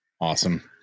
Awesome